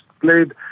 played